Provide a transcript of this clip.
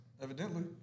Evidently